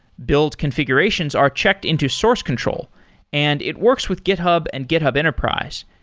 build configurations are checked into source control and it works with github and github enterprise,